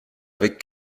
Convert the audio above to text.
avec